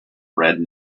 red